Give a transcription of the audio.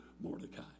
Mordecai